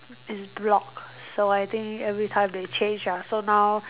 is blocked so I think everytime they change ah so now